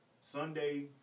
Sunday